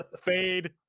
fade